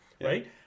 Right